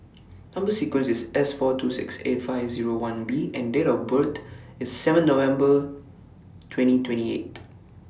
Number sequence IS S four two six eight five Zero one B and Date of birth IS seven November twenty twenty eight